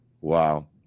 Wow